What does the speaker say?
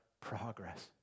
progress